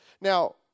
Now